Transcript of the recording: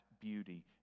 beauty